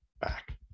back